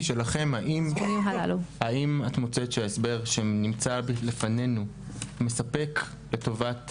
האם את מוצאת שההסבר שנמצא בפנינו מספק לטובת